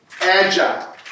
agile